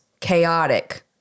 chaotic